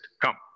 come